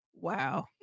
Wow